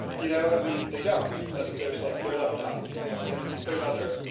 you know? i mean, they don't, that's, there's, like, they're left out, so, and there's other,